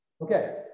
Okay